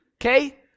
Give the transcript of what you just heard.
Okay